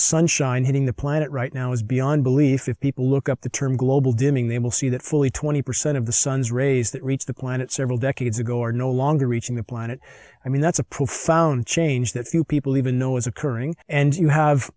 sunshine hitting the planet right now is beyond belief if people look up the term global dimming they will see that fully twenty percent of the sun's rays that reach the planet several decades ago are no longer reaching the planet i mean that's a profound change that few people even know is occurring and you have